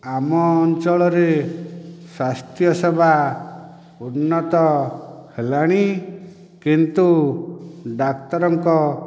ଆମ ଅଞ୍ଚଳରେ ସ୍ବାସ୍ଥ୍ୟ ସେବା ଉନ୍ନତ ହେଲାଣି କିନ୍ତୁ ଡାକ୍ତରଙ୍କ